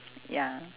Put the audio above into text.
ya